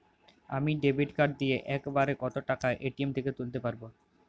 আমি debit card দিয়ে এক বারে কত টাকা এ.টি.এম থেকে তুলতে পারবো?